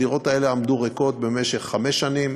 הדירות האלה עמדו ריקות במשך חמש שנים,